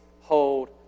hold